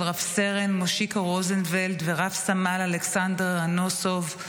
רב-סרן מושיקו רוזנוולד ורב-סמל אלכסנדר אנוסוב,